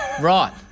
Right